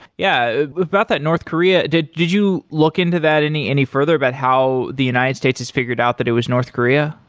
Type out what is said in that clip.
yeah about that north korea, did did you look into that any any further about how the united states has figured out that it was north korea?